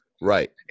Right